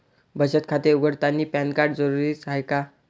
बचत खाते उघडतानी पॅन कार्ड जरुरीच हाय का?